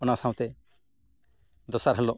ᱚᱱᱟ ᱥᱟᱶᱛᱮ ᱫᱚᱥᱟᱨ ᱦᱤᱞᱳᱜ